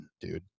dude